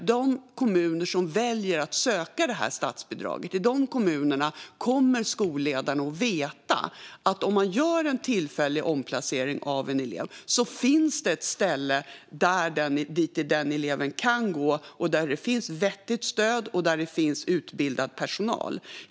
I de kommuner som väljer att söka det här statsbidraget kommer skolledaren att veta att om man gör en tillfällig omplacering av en elev finns det ett ställe dit den eleven kan gå där det finns vettigt stöd och utbildad personal.